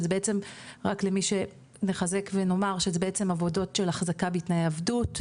שזה בעצם רק נחזק ונאמר שזה בעצם עבודות של אחזקה בתנאי עבדות,